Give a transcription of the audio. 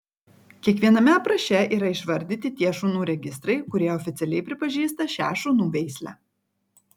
kiekviename apraše yra išvardyti tie šunų registrai kurie oficialiai pripažįsta šią šunų veislę